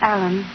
Alan